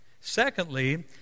Secondly